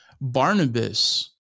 Barnabas